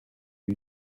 ibi